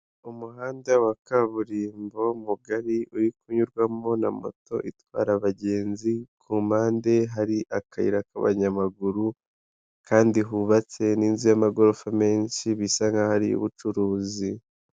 Umuhanda wa kaburimbo mugari, uri kunyurwamo na moto itwara abagenzi, ku mpande hari akayira k'abanyamaguru, kandi hubatse n'inzu y'amagorofa menshi, bisa nk'aho ari iy'ubucuruzi.